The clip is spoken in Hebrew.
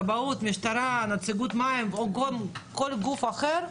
כבאות, משטרה, נציגות מים או כל גוף אחר?